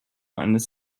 eines